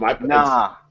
Nah